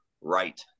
right